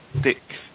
Dick